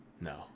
No